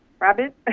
rabbit